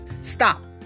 Stop